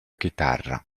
chitarra